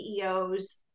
CEOs